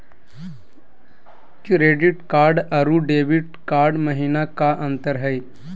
Credit card अरू debit card महिना का अंतर हई?